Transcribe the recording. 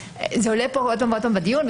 זה עולה פה עוד פעם ועוד פעם בדיון,